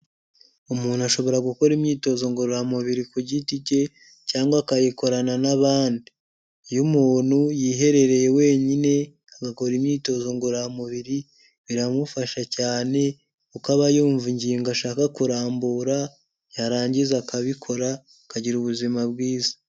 Umuntu ashobora gukora imyitozo ngororamubiri ku giti cye cyangwa akayikorana n'abandi, iyo umuntu yiherereye wenyine agakora imyitozo ngororamubiri biramufasha cyane kuko aba yumva ingingo ashaka kurambura yarangiza akabikora akagira ubuzima bwiza.